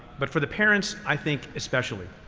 but for the parents i think especially.